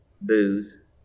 booze